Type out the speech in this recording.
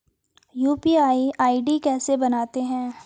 UPI ID कैसे बनाते हैं?